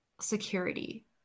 security